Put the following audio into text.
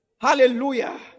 Hallelujah